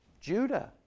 Judah